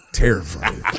terrifying